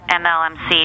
mlmc